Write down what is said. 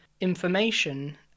information